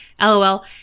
lol